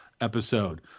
episode